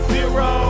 Zero